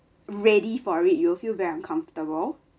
ready for it you will feel very uncomfortable